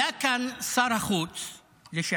עלה כאן שר החוץ לשעבר,